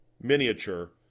miniature